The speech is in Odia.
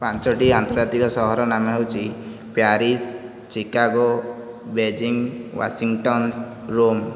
ପାଞ୍ଚୋଟି ଆନ୍ତର୍ଜାତିକ ସହରର ନାମ ହେଉଛି Paris Chicago Beijing Washington Rome